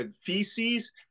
feces